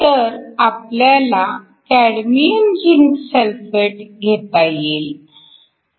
तर आपल्याला cadmium zinc sulphate cadmium zinc sulphate घेता येईल